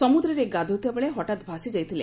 ସମୁଦ୍ରରେ ଗାଧୋଉଥିବାବେଳେ ହଠାତ୍ ଭାସିଯାଇଥିଲେ